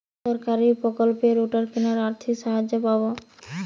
কোন সরকারী প্রকল্পে রোটার কেনার আর্থিক সাহায্য পাব?